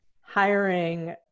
hiring